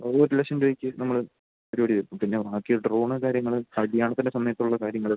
ഒരു ലക്ഷം രൂപയ്ക്ക് നമ്മള് പരിപാടി തീർക്കും പിന്നെ ബാക്കി ഡ്രോണും കാര്യങ്ങളും കല്യാണത്തിൻ്റെ സമയത്തുള്ള കാര്യങ്ങള്